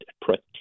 protect